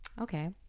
Okay